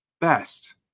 best